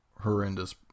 horrendous